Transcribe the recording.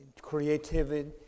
creativity